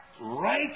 right